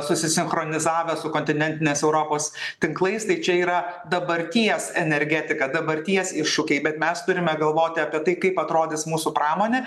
susisinchronizavę su kontinentinės europos tinklais tai čia yra dabarties energetika dabarties iššūkiai bet mes turime galvoti apie tai kaip atrodys mūsų pramonė